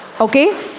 okay